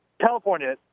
California